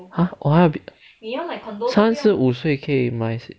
!huh! 三十五岁可以买